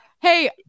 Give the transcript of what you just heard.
hey